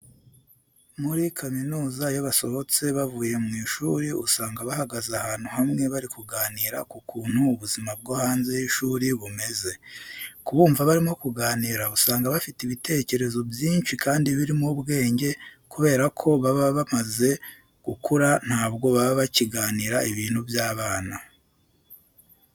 Muri kaminuza iyo basohotse bavuye mu ishuri usanga bahagaze ahantu hamwe bari kuganira ku kuntu ubuzima bwo hanze y'ishuri bumeze. Kubumva barimo kuganira usanga bafite ibitekerezo byinshi kandi birimo ubwenge kubera ko baba bamaze gukura, ntabwo baba bakiganira ibintu by'abana.